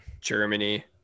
germany